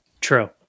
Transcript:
True